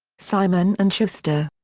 simon and schuster.